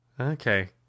okay